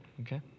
Okay